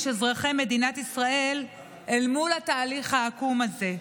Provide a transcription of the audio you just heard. אזרחי ישראל אל מול התהליך העקום הזה?